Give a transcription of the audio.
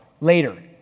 later